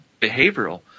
behavioral